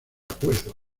acuerdo